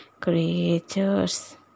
creatures